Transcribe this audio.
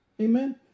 Amen